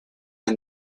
and